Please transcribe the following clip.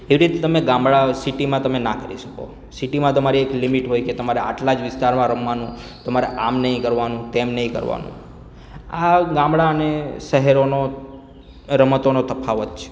એવી રીત તમે ગામડા સિટીમાં તમે ના કરી શકો સિટીમાં તમારી એક લિમિટ હોય કે તમારે આટલા જ વિસ્તારમાં રમવાનું તમારે આમ નહીં કરવાનું તેમ નહીં કરવાનું આ ગામડા અને શહેરોનો રમતોનો તફાવત છે